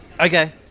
Okay